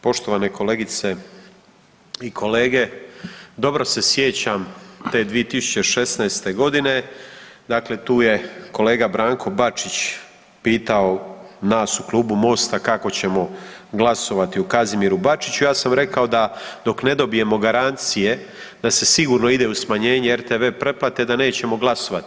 Poštovane kolegice i kolege, dobro se sjećam te 2016. godine dakle tu je kolega Branko Bačić pitao nas u Klubu MOST-a kako ćemo glasovati u Kazimiru Bačiću, ja sam rekao da dok ne dobijemo garancije da se sigurno ide u smanjenje rtv pretplate da nećemo glasovati.